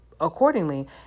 accordingly